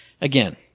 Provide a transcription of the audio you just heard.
again